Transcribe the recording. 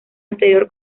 anterior